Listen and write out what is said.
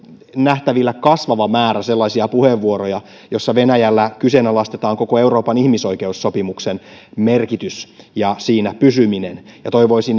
nähtävillä kasvava määrä sellaisia puheenvuoroja joissa venäjällä kyseenalaistetaan koko euroopan ihmisoikeussopimuksen merkitys ja siinä pysyminen